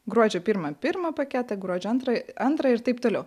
gruodžio pirmą pirmą paketą gruodžio antrą antrą ir taip toliau